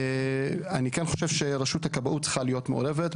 אני כן חושב שרשות הכבאות צריכה להיות מעורבת,